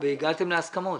והגעתם להסכמות.